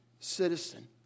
Citizen